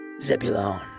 Zebulon